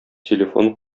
телефон